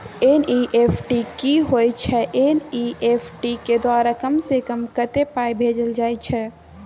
NEFT की होय छै एन.ई.एफ.टी के द्वारा कम से कम कत्ते पाई भेजल जाय छै?